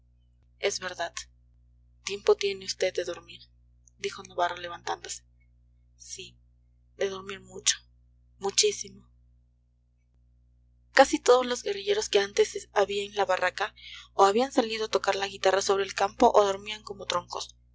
es verdad tiempo tiene vd de dormir dijo navarro levantándose sí de dormir mucho muchísimo casi todos los guerrilleros que antes había en la barraca o habían salido a tocar la guitarra sobre el campo o dormían como troncos